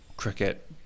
cricket